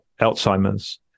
Alzheimer's